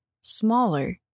smaller